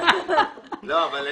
אני לא מוכן.